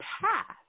past